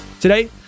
Today